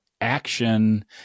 action